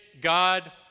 God